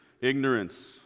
ignorance